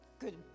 good